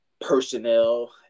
personnel